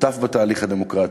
שותף בתהליך הדמוקרטי,